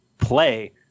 play